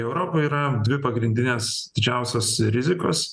europoj yra dvi pagrindinės didžiausios rizikos